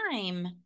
time